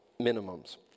minimums